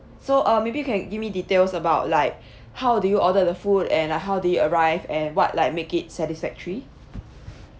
so uh maybe you can give me details about like how do you order the food and like how did it arrive and what like make it satisfactory